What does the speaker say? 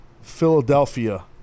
Philadelphia